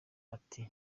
ati